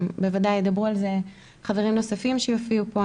ובוודאי גם ידברו על זה חברים נוספים שיופיעו פה,